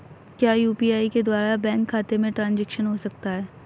क्या यू.पी.आई के द्वारा बैंक खाते में ट्रैन्ज़ैक्शन हो सकता है?